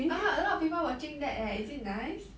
orh a lot of people watching that leh is it nice